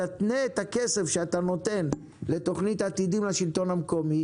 תתנה את הכסף שאתה נותן לתוכנית עתידים לשלטון המקומי